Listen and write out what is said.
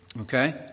Okay